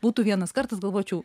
būtų vienas kartas galvočiau